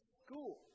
school